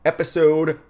Episode